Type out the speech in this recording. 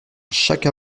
chaque